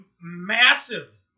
massive